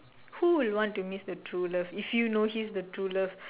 who will want to miss the true love if you know he's the true love